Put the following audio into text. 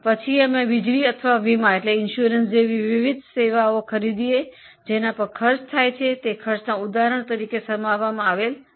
પછી અમે વીજળી અથવા વીમા જેવી વિવિધ સેવાઓ ખરીદીએ છીએ જેના પર ખર્ચ થાય છે તે પણ ખર્ચમાં શામેલ કરવામાં આવે છે